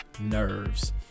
nerves